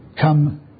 come